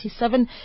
27